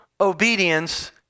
obedience